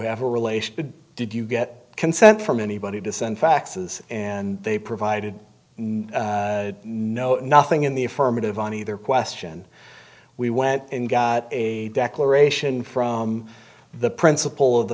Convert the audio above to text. have a relationship did you get consent from anybody to send faxes and they provided no nothing in the affirmative on either question we went and got a declaration from the